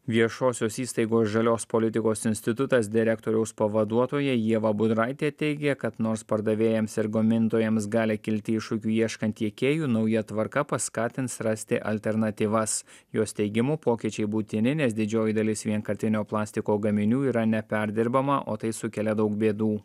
viešosios įstaigos žalios politikos institutas direktoriaus pavaduotoja ieva budraitė teigė kad nors pardavėjams ir gamintojams gali kilti iššūkių ieškant tiekėjų nauja tvarka paskatins rasti alternatyvas jos teigimu pokyčiai būtini nes didžioji dalis vienkartinio plastiko gaminių yra neperdirbama o tai sukelia daug bėdų